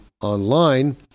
online